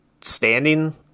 standing